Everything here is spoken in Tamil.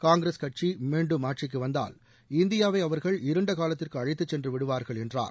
காங்கிரஸ் கட்சி மீண்டும் ஆட்சிக்கு வந்தால் இந்தியாவை அவர்கள் இருண்ட காலத்திற்கு அழைத்துச் சென்று விடுவார்கள் என்றார்